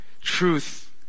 Truth